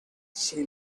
she